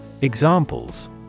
Examples